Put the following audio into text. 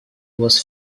was